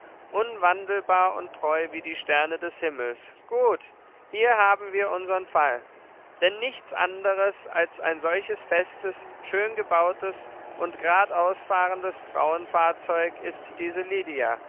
unwandelbar und treu wie die sterne des himmels gut hier haben wir unsern fall denn nichts anderes als ein solches festes schöngebautes und gradausfahrendes frauenfahrzeug ist diese lydia